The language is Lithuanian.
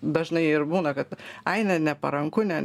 dažnai ir būna kad ai ne neparanku ne